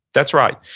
that's right.